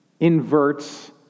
inverts